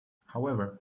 however